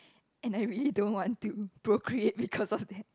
and I really don't want to procreate because of that